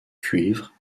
cuivre